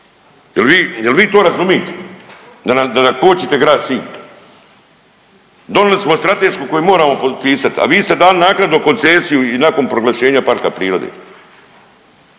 jel vi to razumite da nam, da nam kočite grad Sinj? Donili smo stratešku koju moramo potpisat, a vi ste dali naknadno koncesiju i nakon proglašenja parka prirode